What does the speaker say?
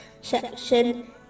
section